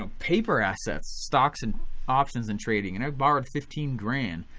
ah paper assets, stocks and options in trading and i borrowed fifteen grand.